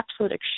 absolute